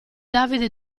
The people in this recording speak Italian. davide